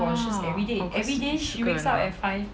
!wah! 好夸都是一个人 ah